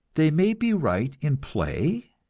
they may be right in play,